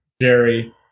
Jerry